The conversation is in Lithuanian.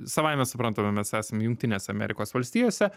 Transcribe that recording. savaime suprantama mes esam jungtinėse amerikos valstijose